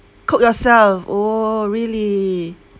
cook yourself oh really